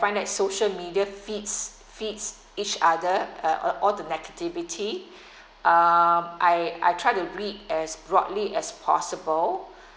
find that social media feeds feeds each other uh all the negativity um I I try to read as broadly as possible